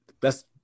best